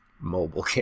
mobile